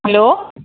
hello